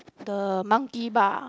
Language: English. the monkey bar